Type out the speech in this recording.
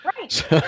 Right